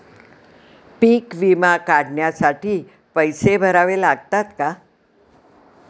पीक विमा काढण्यासाठी पैसे भरावे लागतात का?